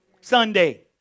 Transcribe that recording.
Sunday